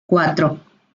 cuatro